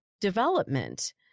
development